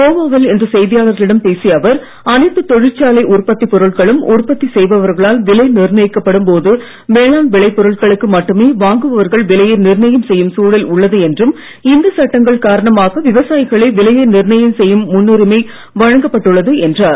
கோவாவில் இன்று செய்தியாளர்களிடம் பேசிய அவர் அனைத்து தொழிற்சாலை உற்பத்தி பொருட்களும் உற்பத்தி செய்பவர்களால் விலை நிர்ணயிக்கப்படும் போது வேளாண் விளை பொருட்களுக்கு மட்டுமே வாங்குபவர்கள் விலையை நிர்ணயம் செய்யும் சூழல் உள்ளது என்றும் இந்த சட்டங்கள் காரணமாக விவசாயிகளே விலையை நிர்ணயம் செய்யும் முன்னுரிமை வழங்கப்பட்டுள்ளது என்றார்